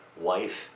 wife